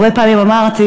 הרבה פעמים אמרתי: